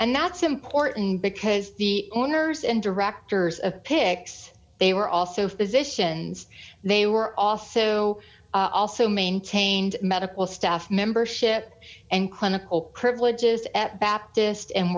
and that's important because the owners and directors of pic's they were also physicians they were also also maintained medical staff membership and clinical curve logis at baptist and